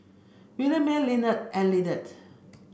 Williemae Lillard and Liddie